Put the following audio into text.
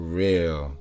real